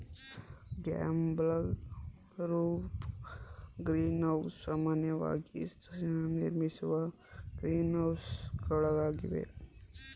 gable roofed green house ಸಾಮಾನ್ಯವಾಗಿ ನಿರ್ಮಿಸುವ ಗ್ರೀನ್ಹೌಸಗಳಾಗಿವೆ